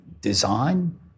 design